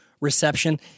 Reception